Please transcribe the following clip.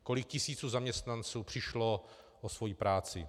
Kolik tisíc zaměstnanců přišlo o svoji práci?